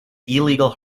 illegal